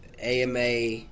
ama